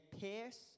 pierce